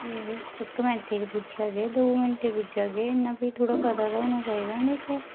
इक घैंटे च पुज्जी जाह्गे दो घैंटे च पुज्जी जाह्गे इ'न्ना ते थोह्ड़ा पता ते होना चाहिदा नेईं केह् तुस